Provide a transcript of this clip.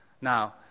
Now